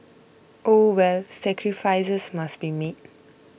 oh well sacrifices must be made